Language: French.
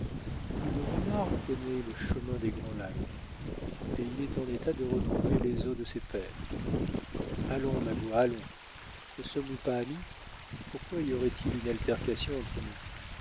le renard connaît le chemin des grands lacs et il est en état de retrouver les os de ses pères allons magua allons ne sommes-nous pas amis pourquoi y aurait-il une altercation entre nous